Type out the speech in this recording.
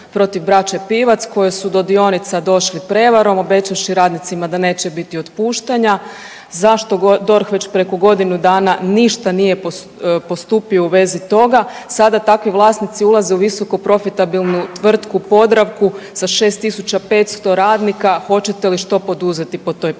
protiv braće Pivac koji su do dionica došli prevarom obećavši radnicima da neće biti otpuštanja? Zašto DORH već preko godinu dana ništa nije postupio u vezi toga? Sada takvi vlasnici ulaze u visokoprofitabilnu tvrtku Podravku sa 6.500 radnika, hoćete li što poduzeti po toj prijavi?